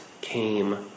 came